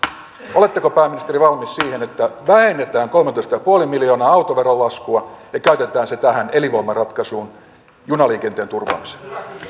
oletteko pääministeri valmis siihen että vähennetään kolmetoista pilkku viisi miljoonaa autoverolaskua ja käytetään se tähän elinvoimaratkaisuun junaliikenteen turvaamiseen